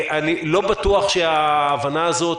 אני לא בטוח שההבנה הזאת,